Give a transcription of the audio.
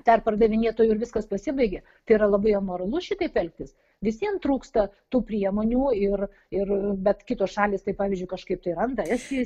perpardavinėtojų ir viskas pasibaigė tai ya labai amoralu šitaip elgtis visiem trūksta tų priemonių ir ir bet kitos šalys tai pavyzdžiui kažkaip tai randa estija